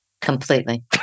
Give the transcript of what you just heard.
Completely